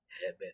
heaven